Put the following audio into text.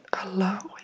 allow